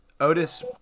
otis